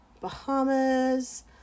Bahamas